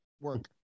work